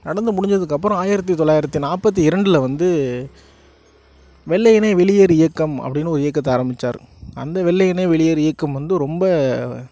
நடந்து முடிஞ்சதுக்கு அப்புறம் ஆயிரத்தி தொள்ளாயிரத்தி நாப்பத்தி இரண்டில் வந்து வெள்ளையனே வெளியேறு இயக்கம் அப்படினு ஒரு இயக்கத்தை ஆரம்பித்தாரு அந்த வெள்ளையனே வெளியேறு இயக்கம் வந்து ரொம்ப